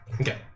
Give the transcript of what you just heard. Okay